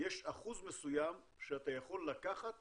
יש אחוז מסוים שאתה יכול לקחת